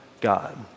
God